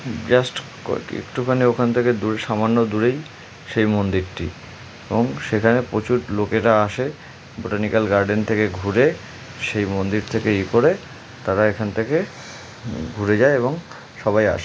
just একটুখানি ওখান থেকে দূরে সামান্য দূরেই সেই মন্দিরটি এবং সেখানে প্রচুর লোকেরা আসে বোটানিকাল গার্ডেন থেকে ঘুরে সেই মন্দির থেকে ই করে তারা এখান থেকে ঘুরে যায় এবং সবাই আসে